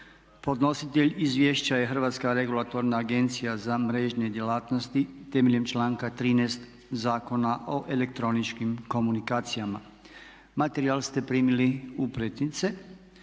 Podnositelj izvješća je Hrvatska regulatorna agencija za mrežne djelatnosti temeljem članka 13. Zakona o elektroničkim komunikacijama. Materijal ste primili u pretince.